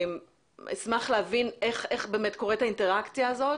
אשמח להבין איך באמת קוראת האינטראקציה הזאת